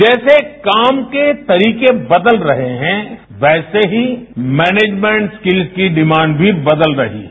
जैसे काम के तरीके बदल रहे हैं वैसे ही मैनेजमेंट संकिल की डिमांड भी बदल रही है